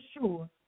sure